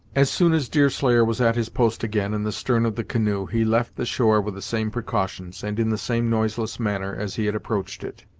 as soon as deerslayer was at his post again, in the stern of the canoe, he left the shore with the same precautions, and in the same noiseless manner, as he had approached it.